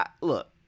look